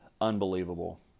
unbelievable